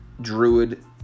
druid